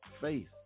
faith